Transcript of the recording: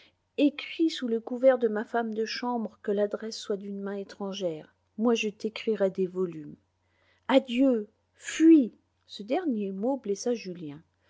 ecris sous le couvert de ma femme de chambre que l'adresse soit d'une main étrangère moi je t'écrirai des volumes adieu fuis ce dernier mot blessa julien